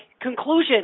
conclusion